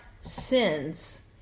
sins